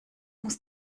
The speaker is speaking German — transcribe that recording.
muss